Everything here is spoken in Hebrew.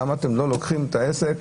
למה אתם לא לוקחים את הפרחים,